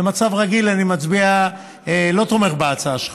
במצב רגיל אני לא תומך בהצעה שלך,